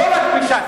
לא רק מש"ס.